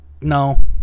no